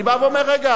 אני בא ואומר: רגע,